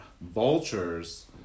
vultures